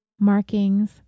markings